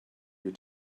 your